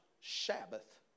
Sabbath